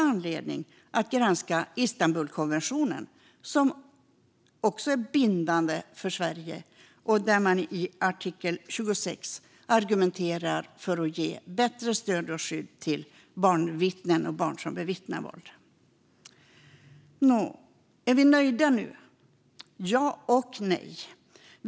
Även Istanbulkonventionen är bindande för Sverige, och i artikel 26 argumenteras för bättre stöd och skydd för barnvittnen och barn som bevittnar våld. Är vi nöjda nu? Ja och nej.